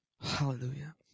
Hallelujah